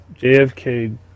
JFK